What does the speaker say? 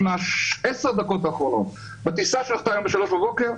מעשר הדקות האחרונות: בטיסה שנחתה היום בשלוש בבוקר,